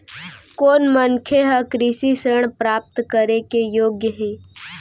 कोन मनखे ह कृषि ऋण प्राप्त करे के योग्य हे?